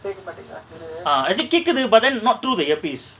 ah as it கேக்குது:kekuthu but not to the earpiece